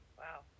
wow